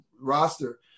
roster